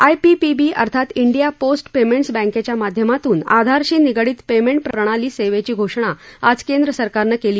IPPB अर्थात India post payments बँकेंच्या माध्यमातून आधारशी निगडित पेमेंट प्रणाली सेवेची घोषणा आज केंद्र सरकारनं केली